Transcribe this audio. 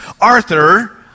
Arthur